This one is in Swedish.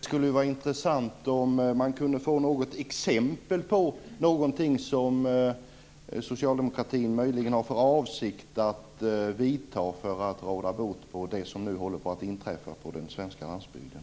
Fru talman! Det skulle vara intressant att få något exempel på någonting som socialdemokratin möjligen har för avsikt att vidta för att råda bot på det som nu håller på att inträffa på den svenska landsbygden.